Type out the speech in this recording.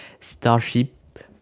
Starship